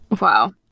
wow